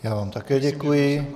Já vám také děkuji.